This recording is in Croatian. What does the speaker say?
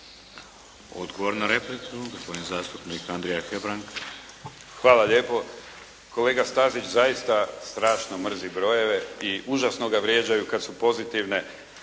Odgovor na repliku, gospodin zastupnik Andrija Hebrang. **Hebrang, Andrija (HDZ)** Hvala lijepo. Kolega Stazić zaista strašno mrzi brojeve i užasno ga vrijeđaju kada su pozitivne.